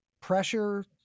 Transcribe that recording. pressure